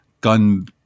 gun